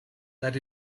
that